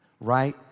right